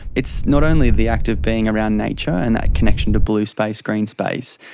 it's not only the act of being around nature and that connection to blue space, green space,